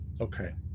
okay